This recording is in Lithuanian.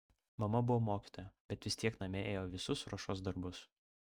mama buvo mokytoja bet vis tiek namie ėjo visus ruošos darbus